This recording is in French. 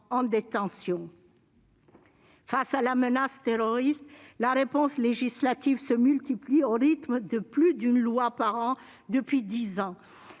en détention. Face à la menace terroriste, la réponse législative se démultiplie, au rythme de plus d'une loi par an depuis dix ans.